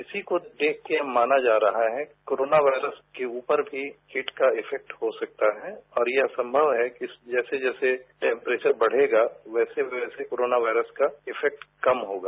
इसी को देखके माना जा रहा है कि कोरोना वायरस के उपर किट का इफेक्ट हो सकता है और यह संमव है कि जैसे जैसे टैम्प्रेचर बढेगा वैसे वैसे कोरोना वायरस का इफैक्ट कम होगा